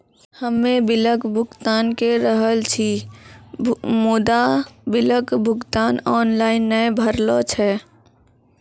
हम्मे बिलक भुगतान के रहल छी मुदा, बिलक भुगतान ऑनलाइन नै भऽ रहल छै?